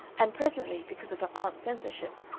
and presently, because of her aunt's censorship,